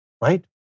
Right